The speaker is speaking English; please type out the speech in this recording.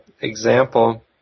example